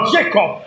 Jacob